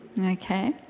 okay